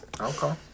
Okay